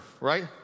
right